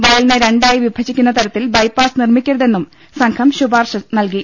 വയലിനെ രണ്ടായി വിഭജിക്കുന്ന തരത്തിൽ ബൈപാസ് നിർമ്മിക്കരുതെന്നും സംഘം ശുപാർശ നൽകി